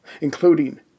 including